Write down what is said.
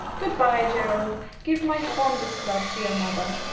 good-bye, gerald, give my fondest love to your mother.